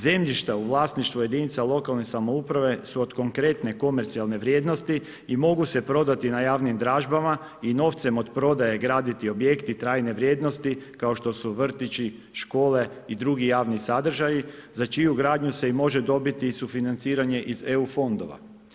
Zemljišta u vlasništvu jedinica lokalne samouprave su od konkretne komercijalne vrijednosti i mogu se prodati na javnim dražbama i novcem od prodaje graditi objekti i trajne vrijednosti kao što su vrtići, škole i drugi javni sadržaji za čiju gradnju se i može dobiti i sufinanciranje iz EU fondova.